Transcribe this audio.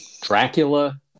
Dracula